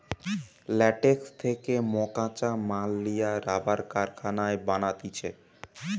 latex থেকে মকাঁচা মাল লিয়া রাবার কারখানায় বানাতিছে